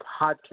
podcast